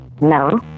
no